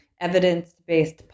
evidence-based